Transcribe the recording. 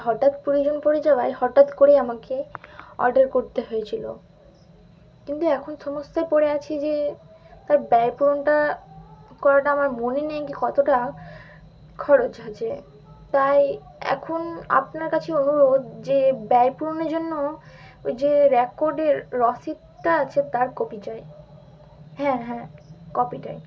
হঠাৎ প্রয়োজন পড়ে যাওয়ায় হঠাৎ করেই আমাকে অর্ডার করতে হয়েছিলো কিন্তু এখন সমস্যায় পড়ে আছি যে তার ব্যয় পূরণটা করাটা আমার মনে নেই কি কতটা খরচ আছে তাই এখন আপনার কাছে অনুরোধ যে ব্যয় পূরণের জন্য ওই যে রেকর্ডের রসিদটা আছে তার কপিটাই হ্যাঁ হ্যাঁ কপিটাই